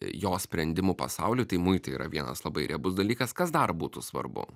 jo sprendimų pasauliui tai muitai yra vienas labai riebus dalykas kas dar būtų svarbu